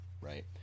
right